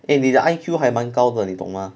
eh 你的 I_Q 还蛮高的你懂吗